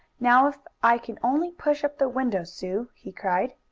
now if i can only push up the window, sue! he cried.